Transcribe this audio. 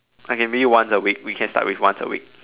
I can meet you once a week we can start with once a week